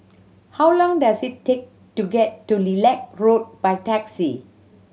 how long does it take to get to Lilac Road by taxi